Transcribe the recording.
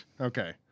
Okay